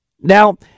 Now